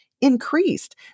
increased